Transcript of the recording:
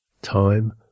time